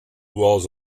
walls